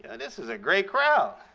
and this is a great crowd.